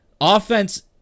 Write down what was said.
Offense